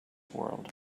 world